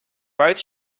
both